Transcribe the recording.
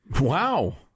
Wow